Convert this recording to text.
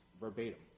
verbatim